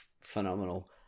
phenomenal